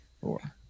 Four